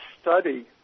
study